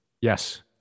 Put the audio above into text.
Yes